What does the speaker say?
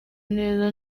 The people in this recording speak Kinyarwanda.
neza